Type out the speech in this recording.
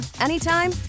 anytime